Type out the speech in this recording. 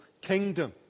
kingdom